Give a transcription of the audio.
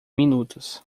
minutos